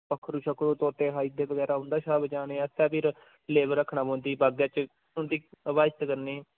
पक्खरु शक्खरू तोते खाई उड़दे बगैरा उं'दे शा बचाने आस्तै फिर लेबर रक्खना पौंदी बागै च उं'दी हिफाजत करनी